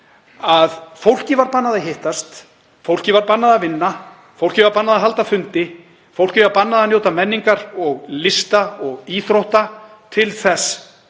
að fólki var bannað að hittast, fólki var bannað að vinna, fólki var bannað að halda fundi, fólki var bannað að njóta menningar og lista og íþrótta til þess